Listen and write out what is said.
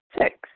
Six